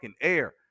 air